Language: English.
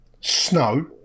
snow